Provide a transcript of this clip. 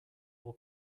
will